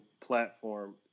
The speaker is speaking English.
platform